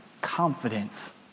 confidence